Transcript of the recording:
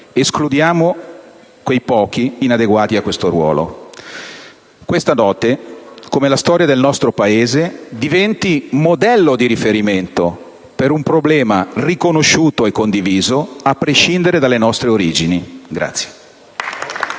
(escludiamo quei pochi inadeguati a questo ruolo). Questa dote, come la storia del nostro Paese, diventi modello di riferimento per un problema riconosciuto e condiviso, a prescindere dalle nostre origini.